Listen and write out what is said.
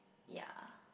ya